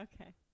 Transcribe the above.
Okay